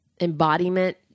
embodiment